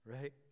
right